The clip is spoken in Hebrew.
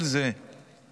כל זה מבוזבז.